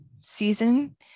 season